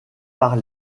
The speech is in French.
par